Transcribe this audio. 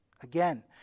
Again